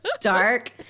dark